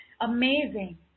Amazing